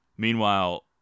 Meanwhile